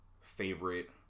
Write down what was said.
favorite